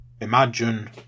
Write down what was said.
Imagine